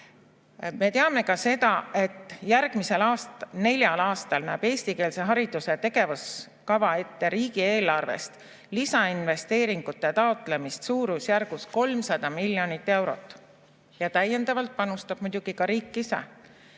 Me teame ka seda, et järgmisel neljal aastal näeb eestikeelse hariduse tegevuskava ette riigieelarvest lisainvesteeringute taotlemist suurusjärgus 300 miljonit eurot. Täiendavalt panustab muidugi ka riik ise.